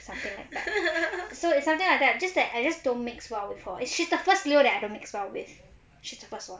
something like that so it's something like that just that I just don't mix well with her and she's the first leo that I don't mix well with she's the first [one]